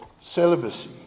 Celibacy